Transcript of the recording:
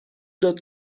داد